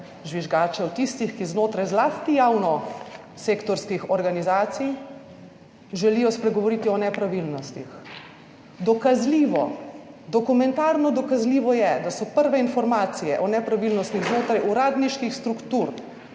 žvižgačev, tistih, ki znotraj, zlasti javno sektorskih organizacij, želijo spregovoriti o nepravilnostih. Dokazljivo, dokumentarno dokazljivo je, da so prve informacije o nepravilnostih znotraj uradniških struktur,